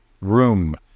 room